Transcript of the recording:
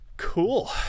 Cool